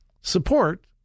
support